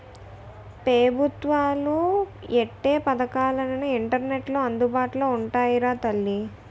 పెబుత్వాలు ఎట్టే పదకాలన్నీ ఇంటర్నెట్లో అందుబాటులో ఉంటాయిరా తల్లీ